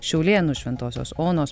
šiaulėnų šventosios onos